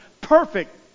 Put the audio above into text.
Perfect